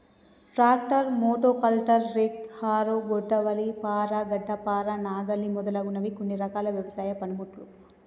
tractor, motor coulter, rake, harrow, కొడవలి, పార, గడ్డపార, నాగలి మొదలగునవి కొన్ని రకాల వ్యవసాయ పనిముట్లు